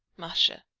masha,